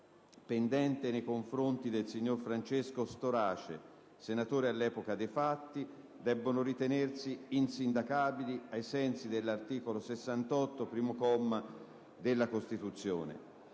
pendente nei confronti del signor Francesco Storace, senatore all'epoca dei fatti, debbono ritenersi insindacabili ai sensi dell'articolo 68, primo comma, della Costituzione